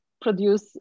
produce